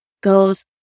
goes